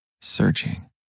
searching